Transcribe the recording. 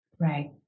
right